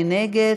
מי נגד?